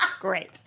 great